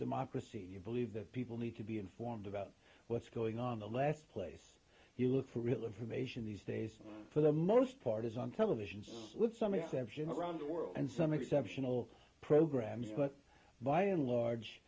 democracy and you believe that people need to be informed about what's going on the last place you look for real information these days for the most part is on television let some exception around the world and some exceptional programming but by and large